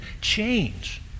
change